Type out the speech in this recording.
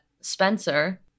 Spencer